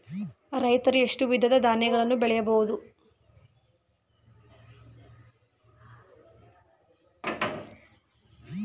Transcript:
ರೈತರು ಎಷ್ಟು ವಿಧದ ಧಾನ್ಯಗಳನ್ನು ಬೆಳೆಯಬಹುದು?